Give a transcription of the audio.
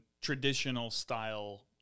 traditional-style